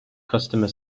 customer